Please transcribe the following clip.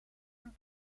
een